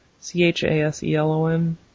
C-H-A-S-E-L-O-N